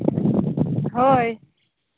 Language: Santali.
ᱦᱳᱭ